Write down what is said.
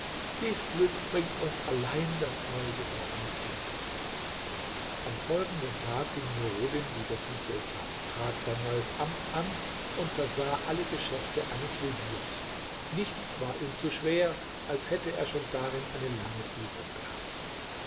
dies glück bringt uns allein das neugeborene kind am folgenden tag ging nuruddin wieder zum sultan trat sein neues amt an und versah alle geschäfte eines veziers nichts war ihm zu schwer als hätte er schon darin eine lange übung gehabt